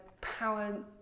power